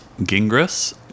Gingras